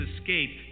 escape